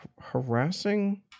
harassing